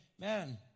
man